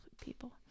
people